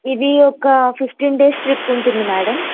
ఇది ఒక fifteen days trip ఉంటుంది మ్యాడం